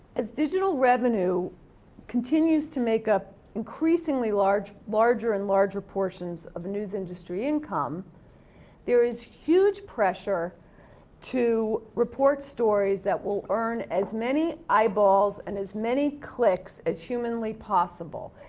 as digital revenue continues to make up increasingly larger larger and larger portions of news industry income there is huge pressure to report stories that will earn as many eyeballs and as many clicks as humanly possible.